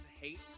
hate